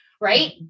right